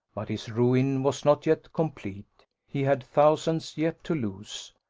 but his ruin was not yet complete he had thousands yet to lose,